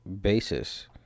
basis